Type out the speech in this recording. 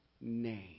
name